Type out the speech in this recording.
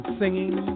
singing